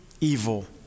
evil